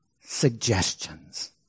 suggestions